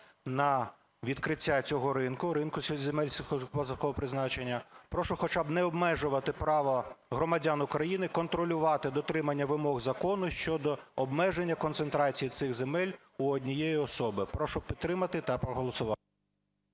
на відкриття цього ринку - ринку земель сільськогосподарського призначення. Прошу хоча б не обмежувати право громадян України контролювати дотримання вимог закону щодо обмеження концентрації цих земель у однієї особи. Прошу підтримати та проголосувати.